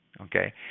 okay